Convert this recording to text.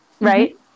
right